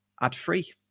ad-free